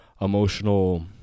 emotional